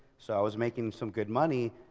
so i was making some good money.